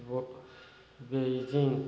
Beijing